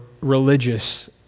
religious